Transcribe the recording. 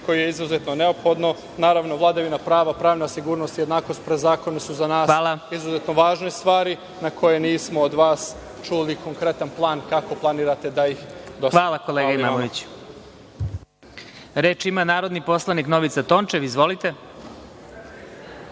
koje je izuzetno neophodno. Naravno, vladavina prava, pravna sigurnost i jednakost pred zakonom su za nas izuzetno važne stvari na koje nismo od vas čuli konkretan plan kako planirate da ih … **Vladimir Marinković** Hvala kolega Imamoviću. Reč ima narodni poslanik Novica Tončev. Izvolite.